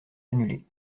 annulé